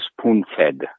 spoon-fed